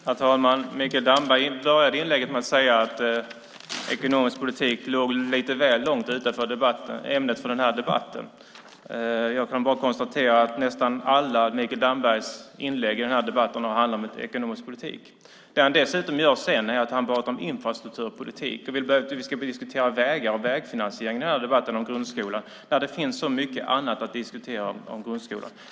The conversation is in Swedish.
Herr talman! Mikael Damberg inleder sitt inlägg med att säga att ekonomisk politik ligger lite väl långt från ämnet för den här debatten. Jag kan bara konstatera att nästan alla av Mikael Dambergs inlägg i debatten har handlat om ekonomisk politik. Sedan börjar han tala om infrastrukturpolitik. Han vill att vi ska diskutera vägar och vägfinansiering i debatten om grundskolan när det finns så mycket att diskutera om grundskolan.